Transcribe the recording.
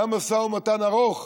היה משא ומתן ארוך